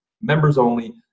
members-only